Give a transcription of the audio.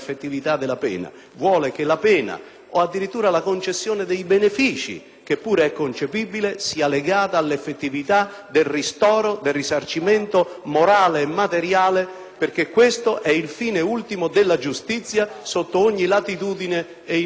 o addirittura la concessione dei benefìci che pure è concepibile, sia legata all'effettività del ristoro, del risarcimento morale e materiale, perché questo è il fine ultimo della giustizia sotto ogni latitudine e in ogni epoca della nostra civiltà.